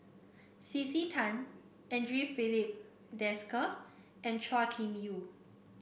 C C Tan Andre Filipe Desker and Chua Kim Yeow